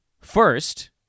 First